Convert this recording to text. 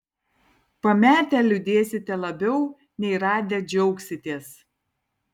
pametę liūdėsite labiau nei radę džiaugsitės